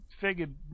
figured